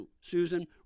Susan